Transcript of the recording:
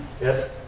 Yes